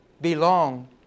belong